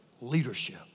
leadership